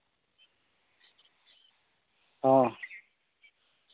ᱦᱚᱸ